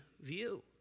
view